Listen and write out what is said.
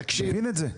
אתה מבין את זה?